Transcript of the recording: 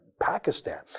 Pakistan